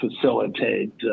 facilitate